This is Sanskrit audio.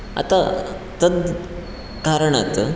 अतः तद् कारणात्